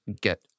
get